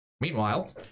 Meanwhile